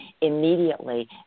immediately